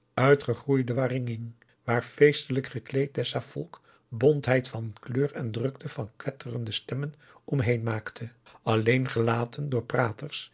waringin waar feestelijk gekleed dessa volk bontheid van kleur en drukte van kwetterende stemmen omheen maakte alleen gelaten door praters